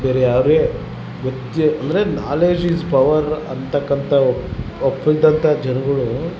ಬೆರೇ ಯಾರೇ ವ್ಯಕ್ತಿ ಅಂದರೆ ನಾಲೇಜ್ ಇಸ್ ಪವರ್ ಅಂತಕ್ಕಂಥ ಒಬ್ಬ ಒಪ್ಪಿದಂಥ ಜನಗಳು